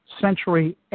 century